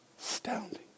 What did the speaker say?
Astounding